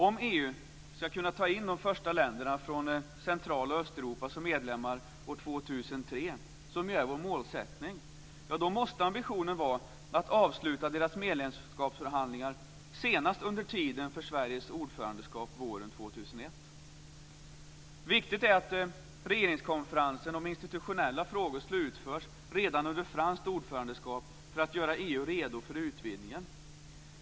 Om EU ska kunna ta in de första länderna från Central och Östeuropa som medlemmar år 2003, som är vår målsättning, måste ambitionen vara att avsluta deras medlemskapsförhandlingar senast under tiden för Sveriges ordförandeskap våren 2001. Viktigt är att regeringskonferensen om institutionella frågor slutförs redan under franskt ordförandeskap för att göra EU redo för utvidgningen.